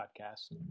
podcast